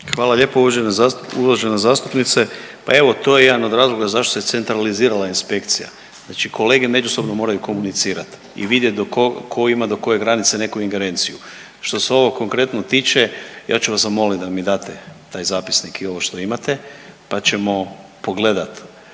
Hvala lijepo uvažena zastupnice. Pa evo to je jedan od razloga zašto se centralizirala inspekcija. Znači kolege međusobno moraju komunicirati i vidjeti tko ima do koje granice neku ingerenciju. Što se ovog konkretno tiče, ja ću vas zamoliti da mi date taj zapisnik i ovo što imate pa ćemo pogledati